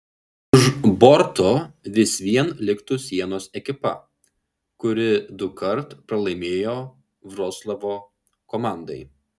už borto vis vien liktų sienos ekipa kuri dukart pralaimėjo vroclavo komandai